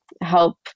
help